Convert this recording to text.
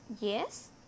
yes